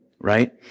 right